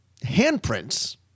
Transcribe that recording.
handprints